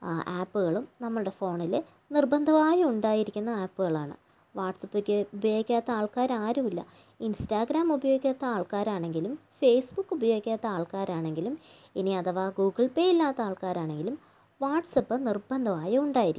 ആപ്പുകളും നമ്മുടെ ഫോണിൽ നിർബന്ധമായും ഉണ്ടായിരിക്കുന്ന ആപ്പുകളാണ് വാട്സ്ആപ്പ് ഒക്കെ ഉപയോഗിക്കാത്ത ആൾക്കാർ ആരും ഇല്ല ഇൻസ്റ്റാഗ്രാം ഉപയോഗിക്കാത്ത ആൾക്കാരാണെങ്കിലും ഫേസ്ബുക്ക് ഉപയോഗിക്കാത്ത ആൾക്കാരാണെങ്കിലും ഇനി അഥവാ ഗൂഗിൾ പേ ഇല്ലാത്ത ആൾക്കാരാണെങ്കിലും വാട്സ്ആപ്പ് നിർബന്ധമായും ഉണ്ടായിരിക്കും